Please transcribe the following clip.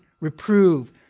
Reprove